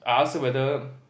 I ask her whether